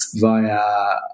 via